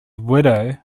widow